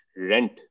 rent